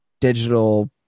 digital